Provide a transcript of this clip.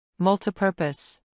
Multipurpose